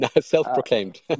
Self-proclaimed